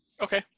Okay